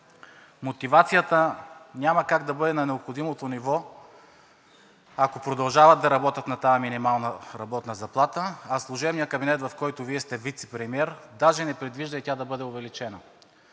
Мотивацията няма как да бъде на необходимото ниво, ако продължават да работят на тази минимална работна заплата, а служебният кабинет, в който Вие сте вицепремиер, даже не предвижда тя да бъде увеличена.